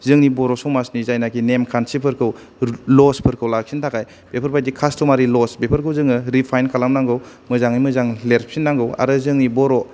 जोंनि बर'समाजनि जायनाखि नेमखान्थिफोरखौ लवसफोरखौ लाखिनो थाखाय बेफोर बायदि कास्थमारि लवस बेफोरखौ जोङो रिपाइन खालामनांगौ मोजाङै मोजां लिरफिन नांगौ आरो जोंनि बर'